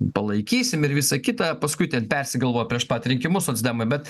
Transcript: palaikysim ir visa kita paskui ten persigalvojo prieš pat rinkimus socdemai bet